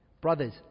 Brothers